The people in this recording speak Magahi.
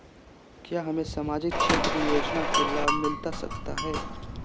क्या हमें सामाजिक क्षेत्र योजना के लाभ मिलता सकता है?